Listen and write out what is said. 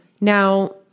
Now